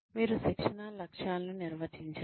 మీరు శిక్షణ లక్ష్యాలను నిర్వచించారు